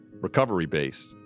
recovery-based